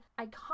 iconic